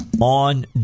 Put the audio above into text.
on